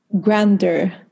grander